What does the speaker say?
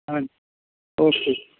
ਹਾਂਜੀ ਓਕੇ